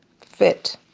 fit